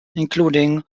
including